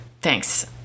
Thanks